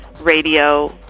radio